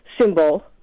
symbol